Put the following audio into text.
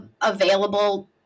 available